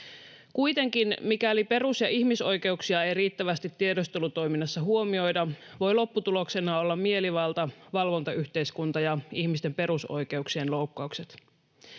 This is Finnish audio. Kuitenkin, mikäli perus‑ ja ihmisoikeuksia ei riittävästi tiedustelutoiminnassa huomioida, voivat lopputuloksina olla mielivalta, valvontayhteiskunta ja ihmisten perusoikeuksien loukkaukset.